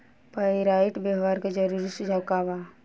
Pyrite व्यवहार के जरूरी सुझाव का वा?